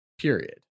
period